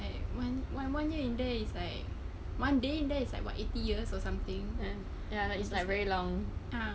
and one one one year in there is like one day is like what eighty years or something ah